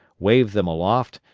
waved them aloft,